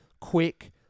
quick